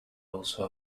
also